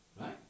Right